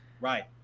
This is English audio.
Right